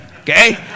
okay